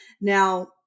Now